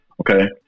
okay